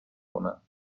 کنم